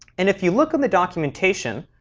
and if you look in the documentation,